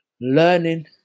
learning